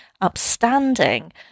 upstanding